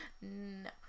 No